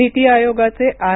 नीती आयोगाचे आर